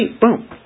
Boom